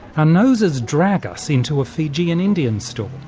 our noses drag us into fijian indian store.